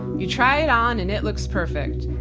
you try it on and it looks perfect.